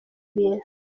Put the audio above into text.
bintu